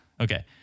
Okay